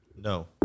No